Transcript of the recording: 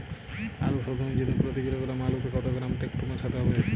আলু শোধনের জন্য প্রতি কিলোগ্রাম আলুতে কত গ্রাম টেকটো মেশাতে হবে?